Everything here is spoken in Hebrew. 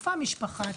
איפה המשפחה?